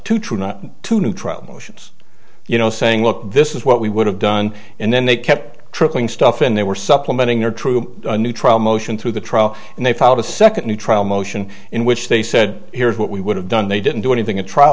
motions you know saying look this is what we would have done and then they kept trickling stuff and they were supplementing their true new trial motion through the trial and they filed a second new trial motion in which they said here's what we would have done they didn't do anything at trial